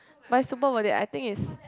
but is super worth it I think is